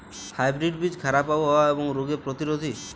hybrid বীজ খারাপ আবহাওয়া এবং রোগে প্রতিরোধী